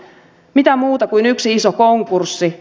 mitä muuta kuin yksi iso konkurssi